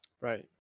Right